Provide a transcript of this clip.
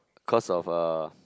cause of uh